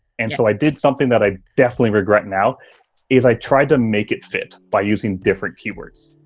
and so i did something that i definitely regret now is i tried to make it fit by using different keywords.